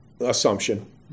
assumption